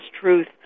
truth